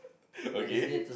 okay